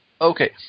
okay